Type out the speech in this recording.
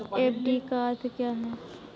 FD का अर्थ क्या है?